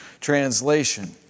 translation